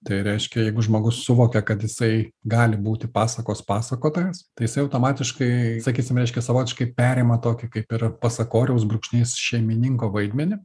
tai reiškia jeigu žmogus suvokia kad jisai gali būti pasakos pasakotojas tai jisai automatiškai sakysim reiškia savotiškai perima tokį kaip ir pasakoriaus brūkšnys šeimininko vaidmenį